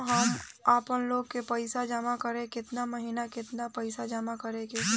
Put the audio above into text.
हम आपनलोन के पइसा जमा करेला केतना महीना केतना पइसा जमा करे के होई?